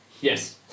Yes